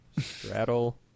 Straddle